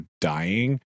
dying